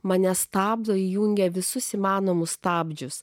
mane stabdo įjungia visus įmanomus stabdžius